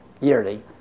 yearly